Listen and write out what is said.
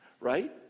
right